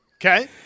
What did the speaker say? Okay